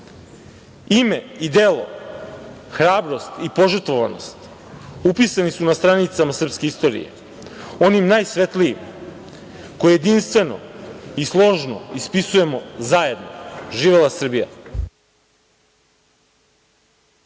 Ime i delo, hrabrost i požrtvovanost upisani su na stranicama srpske istorije, onim najsvetlijim, koje jedinstveno i složno ispisujemo zajedno. Živela Srbija!